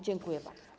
Dziękuję bardzo.